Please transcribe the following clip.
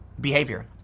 behavior